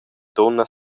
dunna